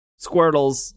squirtles